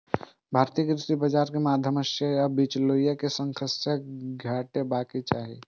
भारतीय कृषि बाजार मे मध्यस्थ या बिचौलिया के संख्या घटेबाक चाही